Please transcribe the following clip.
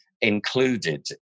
included